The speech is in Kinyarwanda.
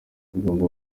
ugomba